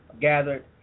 gathered